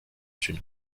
une